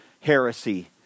heresy